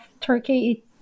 Turkey